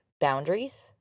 boundaries